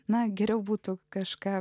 na geriau būtų kažką